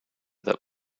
that